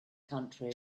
country